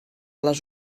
les